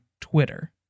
Twitter